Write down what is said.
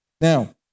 Now